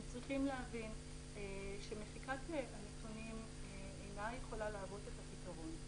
אנחנו צריכים להבין שמחיקת הנתונים אינה יכולה להוות את הפתרון.